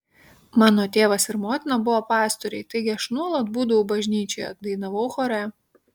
mano tėvas ir motina buvo pastoriai taigi aš nuolat būdavau bažnyčioje dainavau chore